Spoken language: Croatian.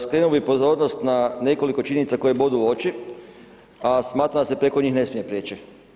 Skrenuo bih pozornost na nekoliko činjenica koje bodu oči, a smatram da se preko njih ne smije prijeći.